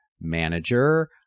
manager